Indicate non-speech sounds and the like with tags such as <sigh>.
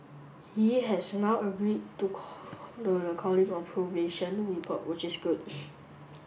he has now agreed to call the calling of the <unintelligible> report which is good <noise>